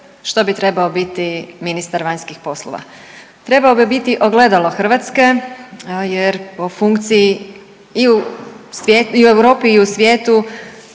što bi trebao biti ministar vanjskih poslova? Trebao bi biti ogledalo Hrvatske jer po funkciji i u Europi i u svijetu